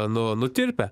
nu nutirpę